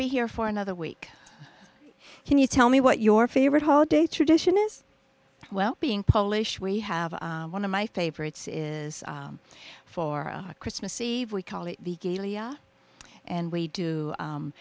be here for another week can you tell me what your favorite holiday tradition is well being polish we have one of my favorites it is for christmas eve we call it and we do